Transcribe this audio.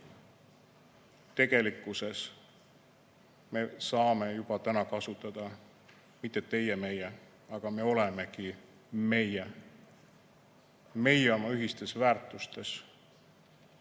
Tegelikkuses me saame juba täna kasutada mitte "teie‑meie", aga me olemegi "meie" – meie oma ühistes väärtustes